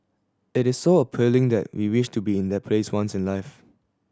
it is so appealing that we wish to be in that place once in life